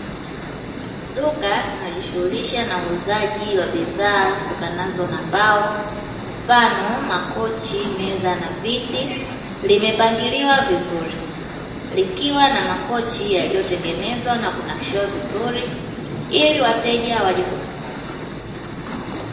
Duka linalojishughulisha na uuzaji wa bidhaa zitokanazo na mbao mfano Makochi, meza na viti limepangilwa vizuri likiwa na makochi yaliyotengenezwa na kunakshiwa vizuri ila wateja waje kununua.